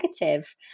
negative